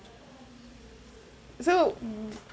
so hmm